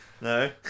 No